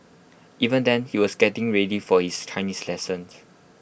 even then he was getting ready for his Chinese lessons